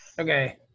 Okay